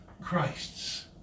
Christ's